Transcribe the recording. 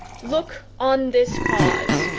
look on this cause,